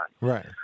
Right